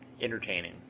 entertaining